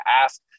ask